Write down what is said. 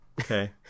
Okay